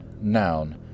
noun